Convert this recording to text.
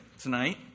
tonight